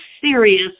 serious